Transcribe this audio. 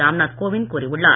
ராம் நாத் கோவிந்த் கூறியுள்ளார்